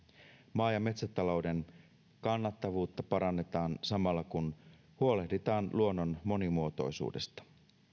maa ja metsätalouden kannattavuutta parannetaan samalla kun huolehditaan luonnon monimuotoisuudesta